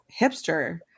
hipster